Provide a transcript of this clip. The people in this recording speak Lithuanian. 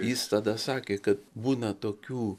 jis tada sakė kad būna tokių